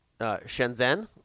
Shenzhen